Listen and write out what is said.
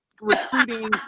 recruiting